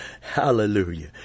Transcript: Hallelujah